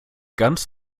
ganz